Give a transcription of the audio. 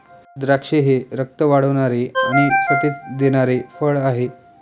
द्राक्षे हे रक्त वाढवणारे आणि सतेज देणारे फळ आहे